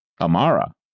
Amara